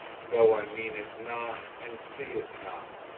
though i mean it not and see it not.